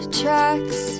tracks